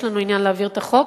יש לנו עניין להעביר את החוק,